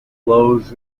flows